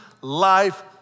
life